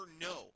No